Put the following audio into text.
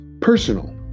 personal